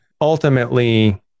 ultimately